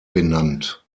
benannt